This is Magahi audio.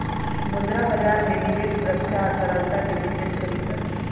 मुद्रा बजार में निवेश सुरक्षा आ तरलता के विशेष तरीका हई